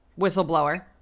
whistleblower